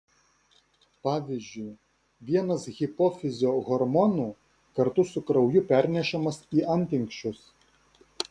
pavyzdžiui vienas hipofizio hormonų kartu su krauju pernešamas į antinksčius